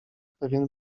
pewien